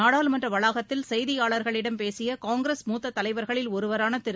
நாடாளுமன்ற வளாகத்தில் செய்தியாளர்களிடம் பேசிய காங்கிரஸ் மூத்த தலைவர்களில் ஒருவரான திரு